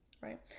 right